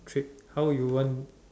treat how you want